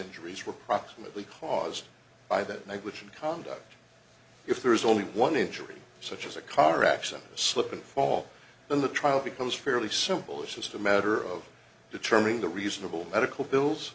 injuries were approximately caused by that negligent conduct if there is only one injury such as a car accident slip and fall then the child becomes fairly simple it's just a matter of determining the reasonable medical bills